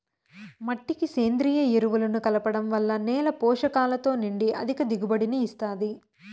మట్టికి సేంద్రీయ ఎరువులను కలపడం వల్ల నేల పోషకాలతో నిండి అధిక దిగుబడిని ఇస్తాది